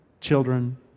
children